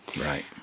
right